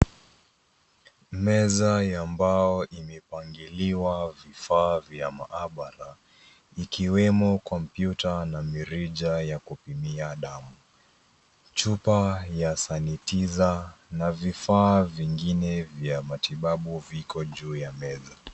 Meza ya mbao imepangiliwa vifaa vya mahabara ikiwemo kompyuta na mirija ya kupimia damu, chupa ya sanitiza na vifaa vingine vya matibabu viko juu ya meza.